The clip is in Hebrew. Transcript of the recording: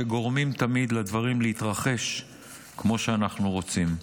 שגורמים תמיד לדברים להתרחש כמו שאנחנו רוצים.